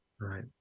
Right